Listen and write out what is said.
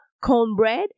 cornbread